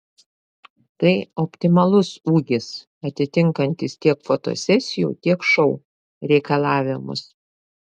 tai optimalus ūgis atitinkantis tiek fotosesijų tiek šou reikalavimus